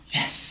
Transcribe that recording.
Yes